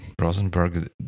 Rosenberg